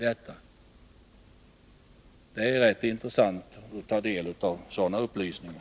Det är ganska intressant att ta del av sådana upplysningar.